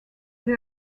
they